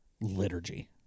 liturgy